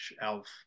Elf